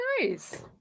nice